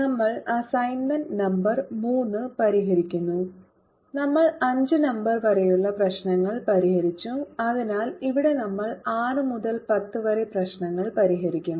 നമ്മൾ assignment number 3 പരിഹരിക്കുന്നു നമ്മൾ 5 നമ്പർ വരെയുള്ള പ്രശ്നങ്ങൾ പരിഹരിച്ചു അതിനാൽ ഇവിടെ നമ്മൾ 6 മുതൽ 10 വരെ പ്രശ്നങ്ങൾ പരിഹരിക്കും